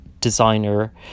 designer